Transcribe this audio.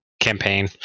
campaign